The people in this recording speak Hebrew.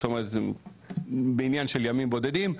זאת אומרת בעניין של ימים בודדים,